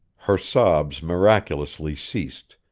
her sobs miraculously ceased,